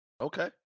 Okay